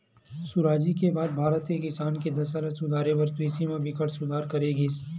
सुराजी के बाद भारत के किसान के दसा ल सुधारे बर कृषि म बिकट सुधार करे गिस